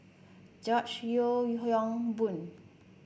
George Yeo Yong Boon